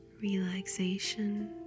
relaxation